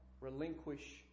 relinquish